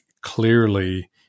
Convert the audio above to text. clearly